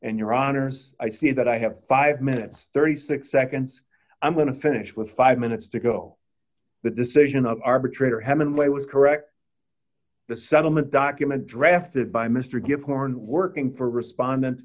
and your honors i see that i have five minutes thirty six seconds i'm going to finish with five minutes to go the decision of arbitrator hemenway was correct the settlement document drafted by mr give horn working for respondent